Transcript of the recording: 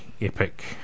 epic